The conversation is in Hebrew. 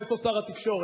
איפה שר התקשורת?